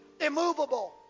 immovable